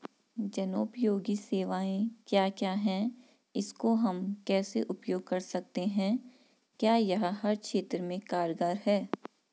जनोपयोगी सेवाएं क्या क्या हैं इसको हम कैसे उपयोग कर सकते हैं क्या यह हर क्षेत्र में कारगर है?